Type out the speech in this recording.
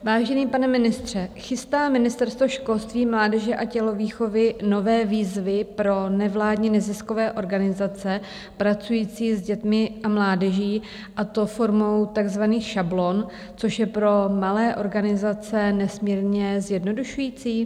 Vážený pane ministře, chystá Ministerstvo školství, mládeže a tělovýchovy nové výzvy pro nevládní neziskové organizace pracující s dětmi a mládeží, a to formou takzvaných šablon, což je pro malé organizace nesmírně zjednodušující?